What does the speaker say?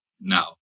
Now